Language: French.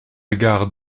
gare